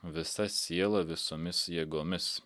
visa siela visomis jėgomis